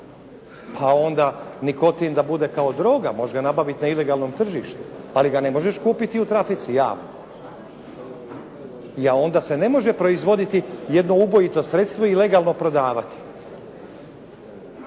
Pa ona nikotin da bude kao druga, možeš ga nabaviti na ilegalnom tržištu, ali ga ne možeš kupiti u trafici javno. Je, onda se ne može proizvoditi jedno ubojito sredstvo i legalno prodavati.